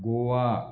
Goa